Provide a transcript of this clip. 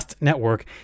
Network